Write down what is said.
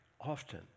often